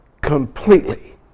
completely